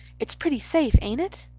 it's pretty safe, ain't it?